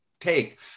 take